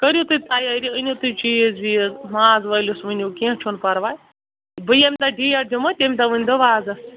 کٔرِو تُہۍ تَیٲری أنِو تُہۍ چیٖز ویٖز ماز وٲلِس ؤنِو کیٚنٛہہ چھُ نہٕ پَرواے بہٕ ییٚمہِ دۄہ ڈیٹ دِمہو تمہِ دۄہ ؤنزیٚو وازَس